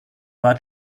war